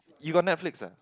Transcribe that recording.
you got Netflix ah